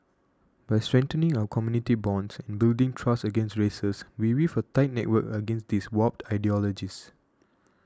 by strengthening our community bonds and building trust again races we weave a tight network against these warped ideologies